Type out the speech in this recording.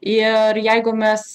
ir jeigu mes